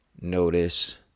notice